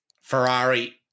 Ferrari